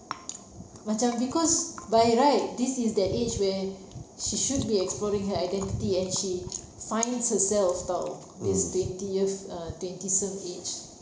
macam because by right this is the age where she should be exploring her identity and she finds herself [tau] this twentieth uh twenty some age